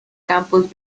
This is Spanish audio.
campus